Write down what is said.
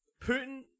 Putin